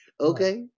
okay